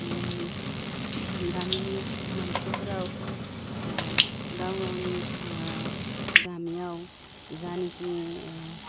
गामिनि मानसिफ्राव गाव गावनि गामियाव जानेखि